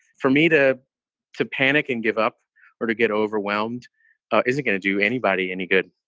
for me to to panic and give up or to get overwhelmed isn't going to do anybody any good.